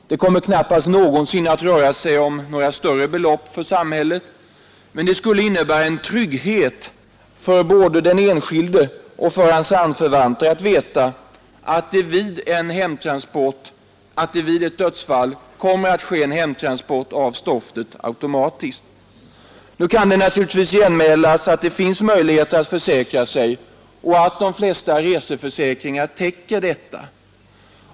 Det kommer knappast någonsin att röra sig om några större belopp för samhället, men det skulle innebära en trygghet för både den enskilde och hans anförvanter att veta att vid ett dödsfall hemtransport av stoftet kommer att ske automatiskt. Nu kan det naturligtvis genmälas att det finns möjligheter att försäkra sig och att de flesta reseförsäkringar täcker detta.